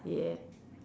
yeah